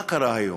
מה קרה היום?